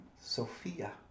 Sophia